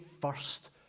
first